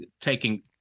taking